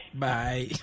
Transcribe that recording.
bye